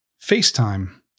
FaceTime